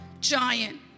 giant